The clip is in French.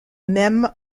même